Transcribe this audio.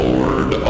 Lord